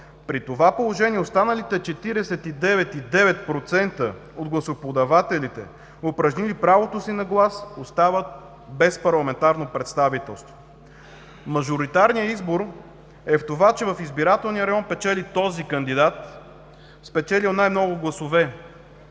При това положение останалите 49,9% от гласоподавателите, упражнили правото си на глас, остават без парламентарно представителство. Мажоритарният избор е в това, че в избирателния район печели този кандидат, който е спечелил най-много гласове,